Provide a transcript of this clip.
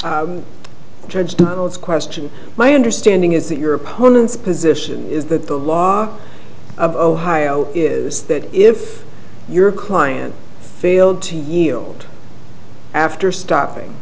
for judge douglas question my understanding is that your opponent's position is that the law of ohio is that if your client failed to yield after stopping